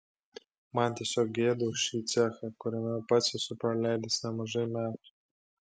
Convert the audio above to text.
man tiesiog gėda už šį cechą kuriame pats esu praleidęs nemažai metų